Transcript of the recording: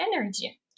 energy